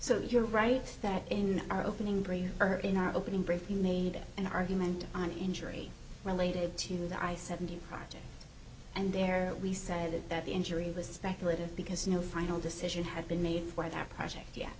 so you're right that in our opening break or in our opening brief you made an argument on injury related to the i seventy project and there we said it that the injury list speculative because no final decision had been made for that project ye